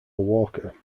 walker